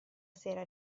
sera